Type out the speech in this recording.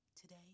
today